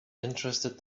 interested